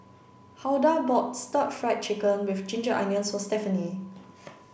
Hulda bought stir fried chicken with ginger onions for Stephany